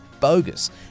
bogus